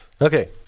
Okay